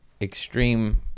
Extreme